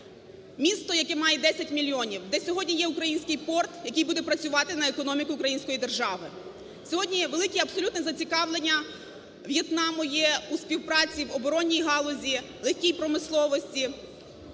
Місто, яке має 10 мільйонів, де сьогодні є український порт, який буде працювати на економіку української держави. Сьогодні є абсолютне зацікавлення В'єтнаму є у співпраці в оборонній галузі, легкій промисловості,